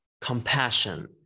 compassion